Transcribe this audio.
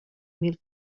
mil